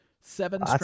Seven